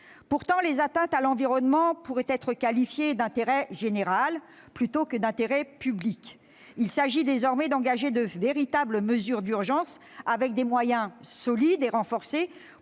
Pourtant, les atteintes à l'environnement pourraient être considérées comme relevant de l'intérêt général, plutôt que de l'intérêt public. Il s'agit désormais d'engager de véritables mesures d'urgence, avec des moyens solides et renforcés,